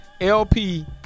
LP